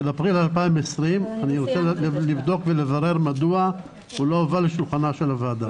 של אפריל 2020. אני רוצה לבדוק מדוע הוא לא הובא לשולחנה של הוועדה?